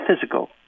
physical